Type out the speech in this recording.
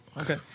Okay